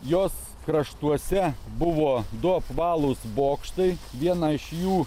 jos kraštuose buvo du apvalūs bokštai vieną iš jų